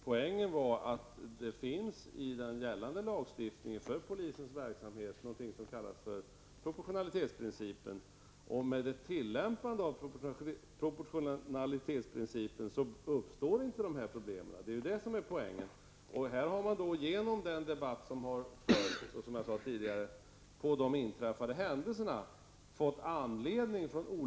Poängen var att det finns i den gällande lagstiftningen för polisens verksamhet någonting som kallas för proportionalitetsprincipen, och med tillämpande av denna princip uppstår inte de problem som påtalats. Den debatt som följt på de inträffade händelserna har gjort, som jag sade tidigare, att dessa har uppmärksammats på olika håll.